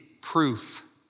proof